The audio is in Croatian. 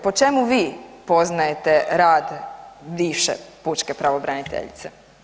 Po čemu vi poznajete rad bivše pučke pravobraniteljice?